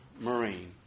Marine